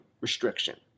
restriction